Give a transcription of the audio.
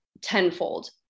tenfold